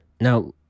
Now